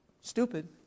stupid